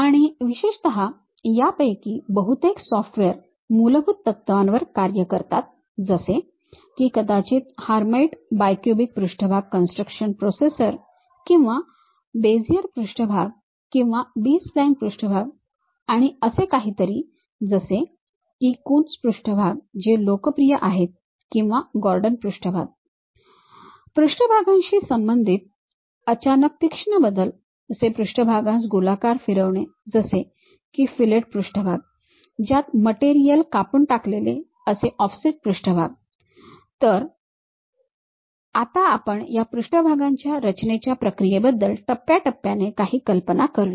आणि विशेषत यापैकी बहुतेक सॉफ्टवेअर मूलभूत तत्त्वांवर कार्य करतात जसे की कदाचित हर्मिट बायक्यूबिक पृष्ठभाग कन्स्ट्रक्शन प्रोसेसर किंवा बेझियर पृष्ठभाग किंवा बी स्प्लाइन पृष्ठभाग आणि असे काहीतरी जसे की कून पृष्ठभाग जे लोकप्रिय आहेत किंवा गॉर्डन पृष्ठभाग पृष्ठभागांशी संबंधित अचानक तीक्ष्ण बदल पृष्ठभागांस गोलाकार फिरवणे जसे के फिलेट पृष्ठभाग ज्यात मटेरियल कापून टाकलेले असे ऑफसेट पृष्ठभाग तर आता आपण या पृष्ठभागाच्या रचनेच्या प्रक्रियेबद्दल टप्प्याटप्प्याने काही कल्पना करूया